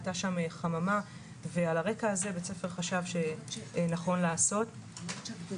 הייתה שם חממה ועל הרקע הזה בית הספר חשב שנכון לעשות כך.